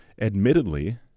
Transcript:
admittedly